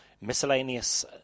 miscellaneous